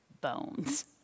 bones